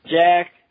Jack